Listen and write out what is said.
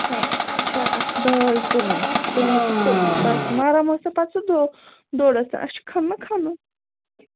وۅنۍ اکھ چھِ اَتھ داج تُلٕنۍ تُلنہٕ تہٕ تُلنی پَتہٕ سُہ نرم ٲسۍتن پَتہٕ سُہ دوٚر دوٚر ٲسۍتَن اَسہِ چھُ کھَننہٕ کھَنُن